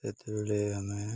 ସେତେବେଲେ ଆମେ